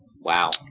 Wow